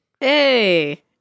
Hey